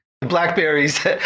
blackberries